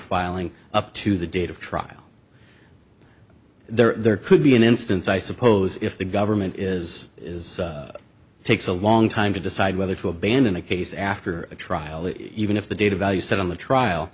filing up to the date of trial there could be an instance i suppose if the government is is it takes a long time to decide whether to abandon a case after a trial that even if the data value set on the trial